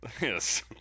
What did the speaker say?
Yes